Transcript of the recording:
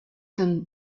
dem